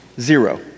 zero